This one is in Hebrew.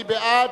מי בעד?